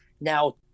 now